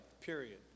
period